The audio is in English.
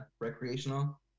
recreational